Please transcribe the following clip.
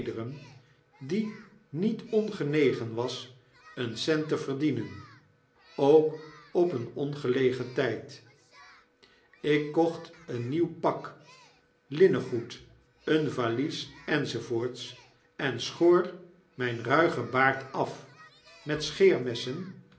die niet ongenegen was een cent te verdienen ook op een ongelegen tyd ik kocht een nieuw pak linnengoed een valies enz en schoor myn ruigen baard af met